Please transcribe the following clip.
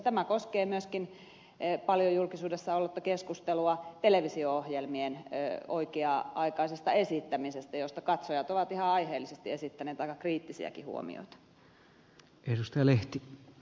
tämä koskee myöskin paljon julkisuudessa ollutta keskustelua televisio ohjelmien oikea aikaisesta esittämisestä josta katsojat ovat ihan aiheellisesti esittäneet aika kriittisiäkin huomioita